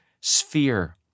sphere